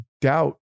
doubt